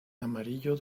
amarillo